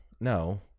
no